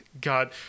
God